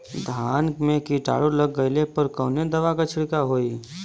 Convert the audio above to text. धान में कीटाणु लग गईले पर कवने दवा क छिड़काव होई?